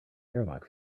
airlock